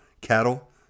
cattle